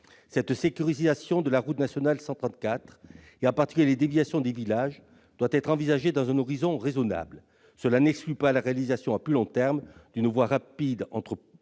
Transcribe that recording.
Cette sécurisation de la route nationale 134, en particulier les déviations de villages, doit être envisagée à un horizon raisonnable. Cela n'exclut pas la réalisation, à plus long terme, d'une voie rapide entre